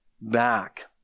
back